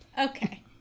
Okay